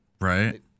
Right